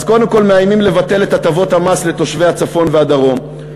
אז קודם כול מאיימים לבטל את הטבות המס לתושבי הצפון והדרום,